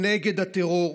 נגד הטרור,